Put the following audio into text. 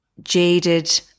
jaded